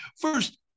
First